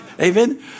Amen